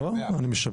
לא, אני משבח.